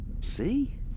See